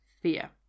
fear